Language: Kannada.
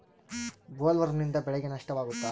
ಬೊಲ್ವರ್ಮ್ನಿಂದ ಬೆಳೆಗೆ ನಷ್ಟವಾಗುತ್ತ?